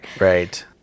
Right